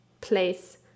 place